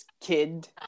kid